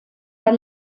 bei